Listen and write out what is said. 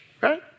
right